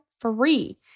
free